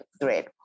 great